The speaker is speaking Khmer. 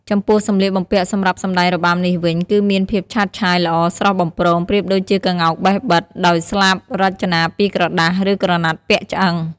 ចំពោះសម្លៀកបំពាក់សម្រាប់សម្តែងរបាំនេះវិញ គឺមានភាពឆើតឆាយល្អស្រស់បំព្រង ប្រៀបដូចជាក្ងោកបេះបិទ ដោយស្លាបរចនាពីក្រដាស ឬក្រណាត់ពាក់ឆ្អឹង ។